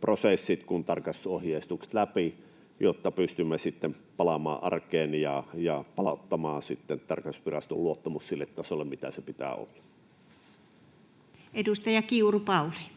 prosessit kuin tarkastusohjeistuksetkin läpi, jotta pystymme sitten palaamaan arkeen ja palauttamaan tarkastusviraston luottamuksen sille tasolle, millä sen pitää olla. [Speech 43] Speaker: